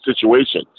situation